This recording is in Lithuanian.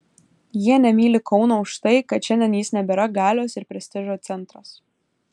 jie nemyli kauno už tai kad šiandien jis nebėra galios ir prestižo centras